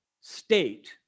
state